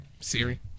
Siri